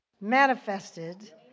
manifested